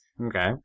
Okay